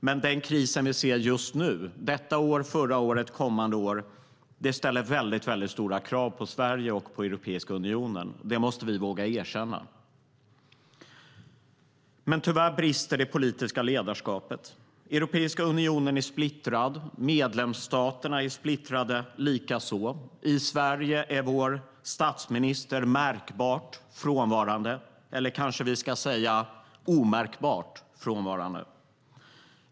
Men den kris vi ser just nu, detta år, förra året och kommande år, ställer stora krav på Sverige och på Europeiska unionen. Det måste vi våga erkänna. Tyvärr brister det politiska ledarskapet. Europeiska unionen är splittrad. Medlemsstaterna är splittrade likaså. I Sverige är vår statsminister märkbart frånvarande - eller kanske vi ska säga omärkbart frånvarande.